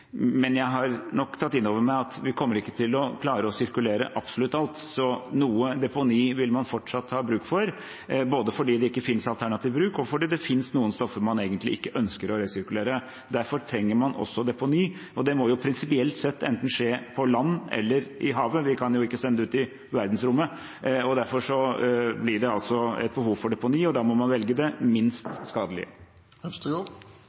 men jeg har nok tatt inn over meg at vi ikke kommer til å klare sirkulere absolutt alt, så noe deponi vil man fortsatt ha bruk for, både fordi det ikke finnes alternativ bruk, og fordi det finnes noen stoffer man egentlig ikke ønsker å resirkulere. Derfor trenger man også deponi, og det må prinsipielt sett enten skje på land eller i havet. Vi kan jo ikke sende det ut i verdensrommet. Derfor blir det altså et behov for deponi, og da må man velge det